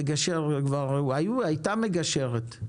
כי מגשר כבר הייתה מגשרת,